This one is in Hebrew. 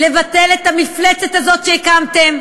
לבטל את המפלצת הזאת שהקמתם,